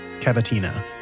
Cavatina